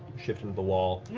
shift into the wall,